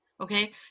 okay